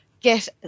get